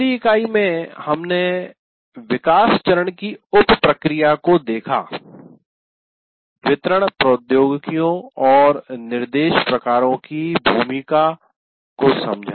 पिछली इकाई में हमने विकास चरण की उप प्रक्रिया को देखा वितरण प्रौद्योगिकियों और निर्देश प्रकारों की भूमिका को समझा